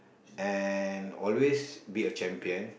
and always be a champion